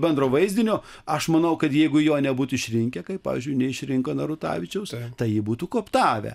bendro vaizdinio aš manau kad jeigu jo nebūtų išrinkę kaip pavyzdžiui neišrinko narutavičiaus tai jį būtų koptavę